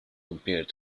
compared